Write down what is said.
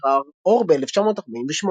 שראה אור ב-1948.